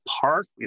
Park